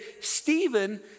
Stephen